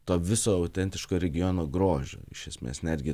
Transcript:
to viso autentiško regiono grožio iš esmės netgi